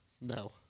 No